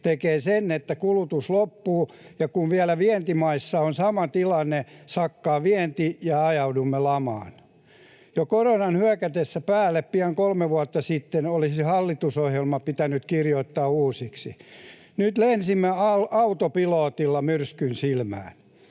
tekee sen, että kulutus loppuu, ja kun vielä vientimaissa on sama tilanne, sakkaa vienti ja ajaudumme lamaan. Jo koronan hyökätessä päälle pian kolme vuotta sitten olisi hallitusohjelma pitänyt kirjoittaa uusiksi. Nyt lensimme autopilotilla myrskyn silmään.